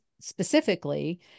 specifically